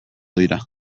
dira